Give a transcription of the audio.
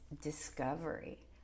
discovery